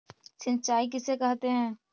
सिंचाई किसे कहते हैं?